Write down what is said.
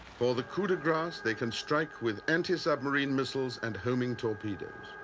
for the coup de grace they can strike with anti-submarine missiles and homing torpedoes.